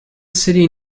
city